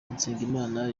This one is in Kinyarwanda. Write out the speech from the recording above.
nsabimana